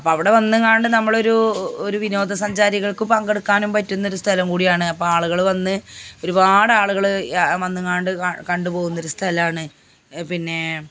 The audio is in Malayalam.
അപ്പം അവിടെ വന്നങ്ങാണ്ട് നമ്മളൊരു ഒരു വിനോദസഞ്ചാരികൾക്ക് പങ്കെടുക്കാനും പറ്റുന്നൊരു സ്ഥലം കൂടിയാണ് അപ്പോൾ ആളുകൾ വന്ന് ഒരുപാടാളുകൾ വന്നങ്ങാണ്ട് കണ്ടു പോകുന്നൊരു സ്ഥലമാണ് പിന്നേ